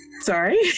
sorry